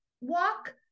walk